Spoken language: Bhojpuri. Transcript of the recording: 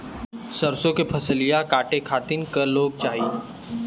सरसो के फसलिया कांटे खातिन क लोग चाहिए?